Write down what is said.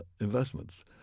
investments